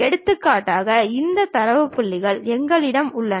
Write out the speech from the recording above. எடுத்துக்காட்டாக இந்த தரவு புள்ளிகள் எங்களிடம் உள்ளன